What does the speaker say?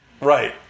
Right